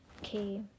Okay